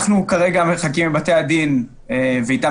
אנחנו כרגע בקשר שוטף עם בתי-הדין כדי